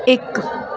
ਇੱਕ